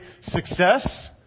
success